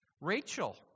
Rachel